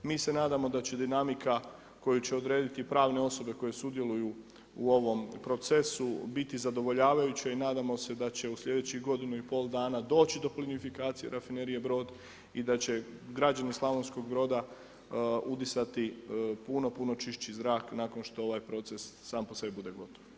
Mi se nadamo da će dinamika koju će odrediti pravne osobe koje sudjeluju u ovom procesu biti zadovoljavajuće i nadamo se da će u slijedećih godinu i pol dana doći do plinofikacije rafinerije Brod i da će građani Slavonskog Broda udisati puno, puno čišći zrak nakon što ovaj proces sam po sebi bude gotov.